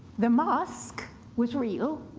the masque was real